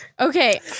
Okay